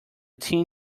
tin